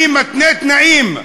אני מתנה תנאים,